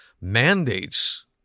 mandates